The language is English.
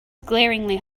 glaringly